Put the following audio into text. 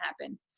happen